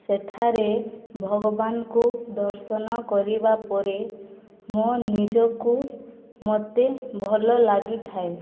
ସେଠାରେ ଭଗବାନଙ୍କୁ ଦର୍ଶନ କରିବା ପରେ ମୋ ନିଜକୁ ମୋତେ ଭଲ ଲାଗିଥାଏ